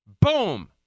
Boom